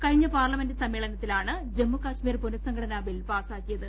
കഴിഞ്ഞ പാർലമെന്റ് സമ്മേളനത്തിലാണ് ജമ്മുകാശ്മീർ പുനഃസംഘടനാ ബിൽ പാസാക്കിയത്